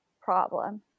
problem